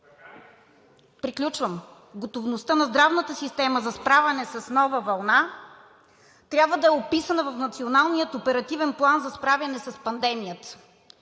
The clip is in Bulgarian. Приключвам. Готовността на здравната система за справяне с нова вълна трябва да е описана в Националния оперативен план за справяне с пандемията,